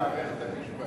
מערכת המשפט,